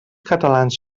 catalans